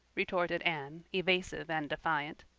retorted anne, evasive and defiant.